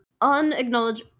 unacknowledged